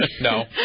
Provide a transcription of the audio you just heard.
No